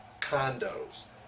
condos